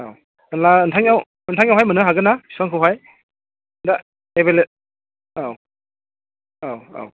औ होनब्ला नोंथांनियाव नोंथांनियावहाय मोन्नो हागोन ना बिफांखौहाय दा एभैलेबोल अ औ औ औ